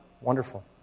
Wonderful